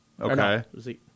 Okay